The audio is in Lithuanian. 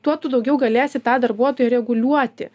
tuo tu daugiau galėsi tą darbuotoją reguliuoti